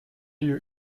you